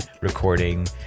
recording